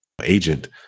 agent